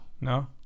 No